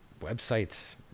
Websites